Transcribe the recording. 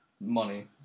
Money